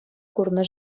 курнӑ